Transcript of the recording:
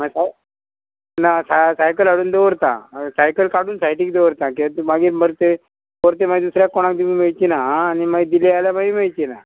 मागीर साय ना सायकल हाडून दवरता सायकल काडून सायटीक दवरता कित्याक तूं मागीर मरे तें परती मागीर दुसऱ्याक कोणाक तुमी मेळची ना आं आनी मागीर दिली जाल्यार मागीर मेळची ना